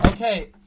Okay